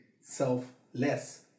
selfless